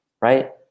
Right